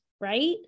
right